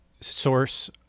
source